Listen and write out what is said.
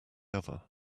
other